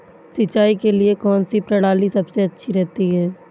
सिंचाई के लिए कौनसी प्रणाली सबसे अच्छी रहती है?